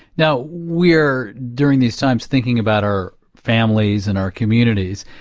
now, we're during these times thinking about our families and our communities.